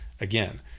again